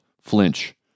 flinch